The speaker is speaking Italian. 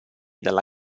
dalla